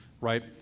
right